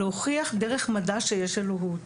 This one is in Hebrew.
להוכיח דרך מדע שיש אלוהות